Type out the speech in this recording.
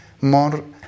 more